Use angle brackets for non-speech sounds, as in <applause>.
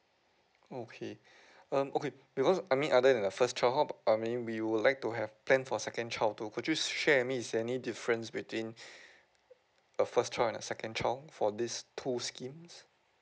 okay <breath> um okay because I mean other than the first child how about I mean we would like to have planned for second child too could you share with me is there any difference between <breath> a first child and a second child for this two schemes